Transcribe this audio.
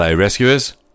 Rescuers